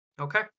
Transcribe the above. Okay